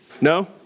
No